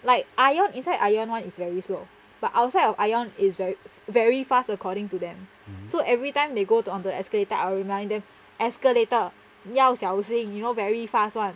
like ION inside ION [one] is very slow but outside of ION is very very fast according to them so every time they go to onto the escalator I'll remind the escalator 要小心 you know very fast [one]